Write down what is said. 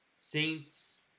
Saints